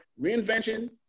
reinvention